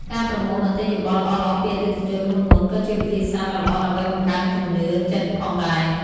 ការប្រមូលមតិយោបល់ល្អៗពីអតិថិជនមុនៗក៏ជាវិធីសាស្ត្រដ៏ល្អដើម្បីបង្កើនជំនឿចិត្តផងដែរ។